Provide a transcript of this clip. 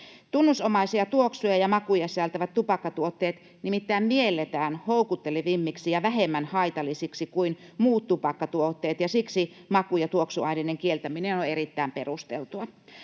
Tunnusomaisia tuoksuja ja makuja sisältävät tupakkatuotteet nimittäin mielletään houkuttelevimmiksi ja vähemmän haitallisiksi kuin muut tupakkatuotteet, ja siksi maku- ja tuoksuaineiden kieltäminen on erittäin perusteltua.